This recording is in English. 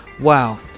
wow